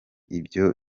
ibyo